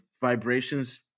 vibrations